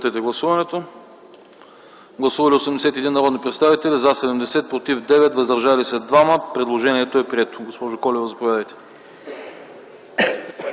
Гласували 81 народни представители: за 70, против 9, въздържали се 2. Предложението е прието. Госпожо Колева, заповядайте.